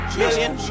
million